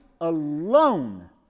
alone